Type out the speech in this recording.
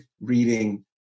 reading